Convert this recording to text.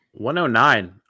109